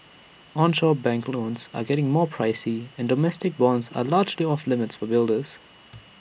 onshore bank loans are getting more pricey and domestic bonds are largely off limits for builders